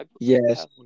Yes